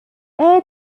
air